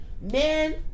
Men